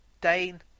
Dane